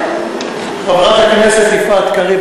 חברת הכנסת יפעת קריב,